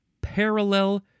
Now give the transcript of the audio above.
parallel